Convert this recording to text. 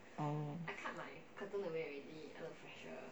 oh